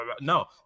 No